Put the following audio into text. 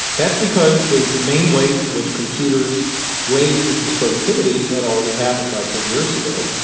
that's because the main ways in which computers raise business productivity had already happened by ten years ago.